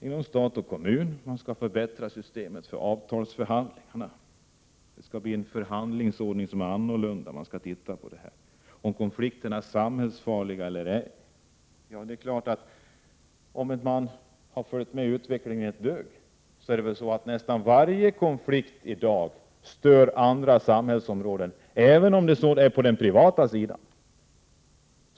Inom stat och kommun skall systemet för avtalsförhandlingar förbättras, förhandlingsordningen skall ändras och man skall utreda om konflikterna är samhällsfarliga eller ej. Men om man följt med i utvecklingen det allra minsta, måste man inse att nästan varje konflikt i dag stör andra samhällsområden, även om konflikten uppstår på den privata sidan.